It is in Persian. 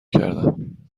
کردم